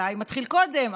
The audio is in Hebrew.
אולי הוא מתחיל קודם,